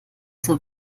alter